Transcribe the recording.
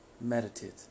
Meditate